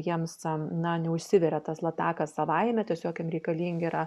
jiems na neužsiveria tas latakas savaime tiesiog jiem reikalingi yra